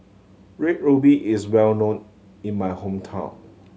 Red Ruby is well known in my hometown